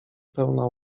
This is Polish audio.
pełna